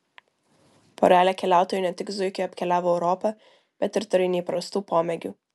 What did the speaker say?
porelė keliautojų ne tik zuikiu apkeliavo europą bet ir turi neįprastų pomėgių